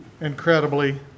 incredibly